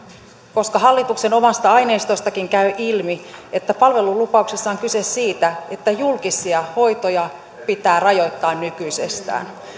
koska hallituksen omasta aineistostakin käy ilmi että palvelulupauksessa on kyse siitä että julkisia hoitoja pitää rajoittaa nykyisestään